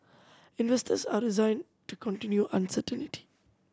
investors are resigned to continuing uncertainty